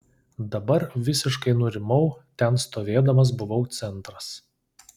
dabar visiškai nurimau ten stovėdamas buvau centras